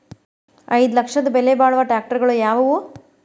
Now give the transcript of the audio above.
ಐದು ಲಕ್ಷದ ಬೆಲೆ ಬಾಳುವ ಟ್ರ್ಯಾಕ್ಟರಗಳು ಯಾವವು?